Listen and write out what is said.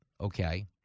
okay